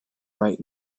right